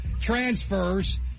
transfers